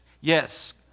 Yes